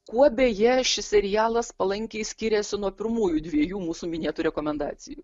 kuo beje šis serialas palankiai skyrėsi nuo pirmųjų dviejų mūsų minėtų rekomendacijų